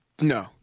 no